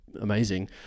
amazing